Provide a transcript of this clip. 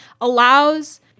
allows